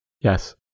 Yes